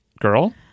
Girl